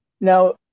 Now